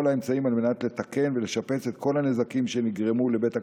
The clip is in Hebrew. האמצעים על מנת לתקן ולשפץ את כל הנזקים שנגרמו לבית הקברות,